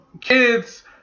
kids